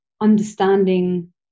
understanding